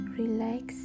relax